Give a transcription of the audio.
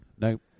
No